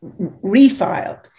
refiled